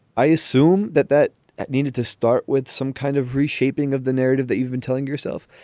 i assume that that that needed to start with some kind of reshaping of the narrative that you've been telling yourself.